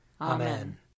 Amen